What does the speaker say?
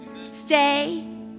Stay